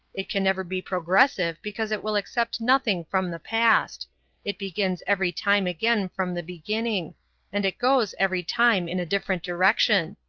it can never be progressive because it will accept nothing from the past it begins every time again from the beginning and it goes every time in a different direction.